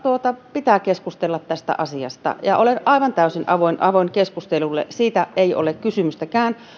pitää keskustella tästä asiasta ja olen aivan täysin avoin avoin keskustelulle siitä ei ole kysymystäkään